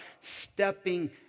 stepping